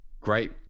Great